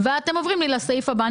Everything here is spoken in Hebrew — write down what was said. אני